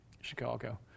Chicago